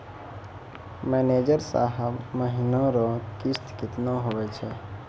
manager साहब महीना रो किस्त कितना हुवै छै